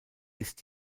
ist